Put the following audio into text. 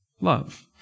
love